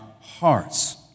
hearts